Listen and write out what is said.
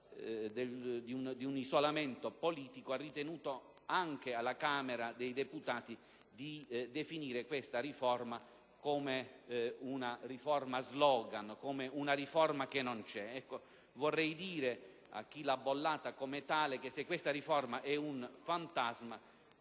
del suo isolamento politico, ha ritenuto anche alla Camera dei deputati di definire questa riforma come una riforma *slogan,* una riforma che non c'è. Bene, vorrei dire a chi l'ha bollata come tale che, se questa riforma è un fantasma,